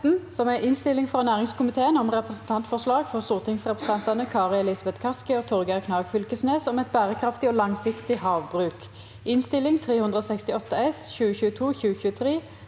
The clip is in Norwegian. Innstilling frå næringskomiteen om Representantfor- slag fra stortingsrepresentantene Kari Elisabeth Kaski og Torgeir Knag Fylkesnes om et bærekraftig og langsiktig havbruk (Innst. 368 S (2022–2023),